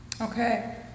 Okay